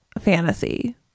fantasy